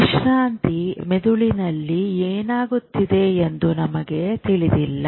ವಿಶ್ರಾಂತಿ ಮೆದುಳಿನಲ್ಲಿ ಏನಾಗುತ್ತಿದೆ ಎಂದು ನಮಗೆ ತಿಳಿದಿಲ್ಲ